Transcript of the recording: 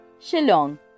Shillong